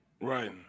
Right